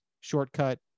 Shortcut